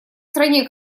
стране